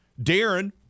Darren